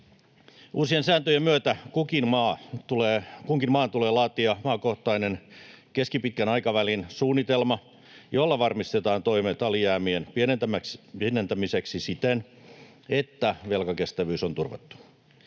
Uusien sääntöjen myötä kunkin maan tulee laatia maakohtainen keskipitkän aikavälin suunnitelma, jolla varmistetaan toimet alijäämien pienentämiseksi siten, että velkakestävyys on turvattu.